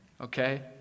Okay